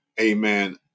amen